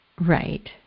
Right